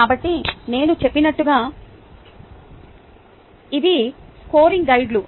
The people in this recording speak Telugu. కాబట్టి నేను చెప్పినట్లుగా ఇవి స్కోరింగ్ గైడ్లు